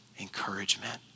encouragement